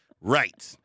right